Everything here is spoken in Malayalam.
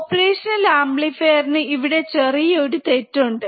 ഓപ്പറേഷണൽഅമ്പ്ലിഫീർനു ഇവിടെ ചെറിയ ഒരു തെറ്റ് ഉണ്ട്